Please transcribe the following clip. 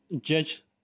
judge